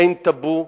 אין טבו,